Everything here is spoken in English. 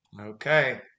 okay